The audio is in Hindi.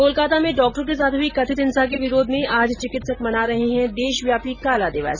कोलकाता में डॉक्टरों के साथ हुई कथित हिंसा के विरोध में आज चिकित्सक मना रहे है देशव्यापी काला दिवस